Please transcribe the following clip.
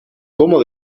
cómo